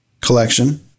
collection